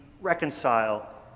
reconcile